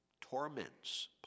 torments